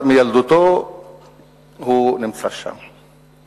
ד"ר עפו אגבאריה, שמילדותו נמצא שם.